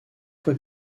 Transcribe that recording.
fois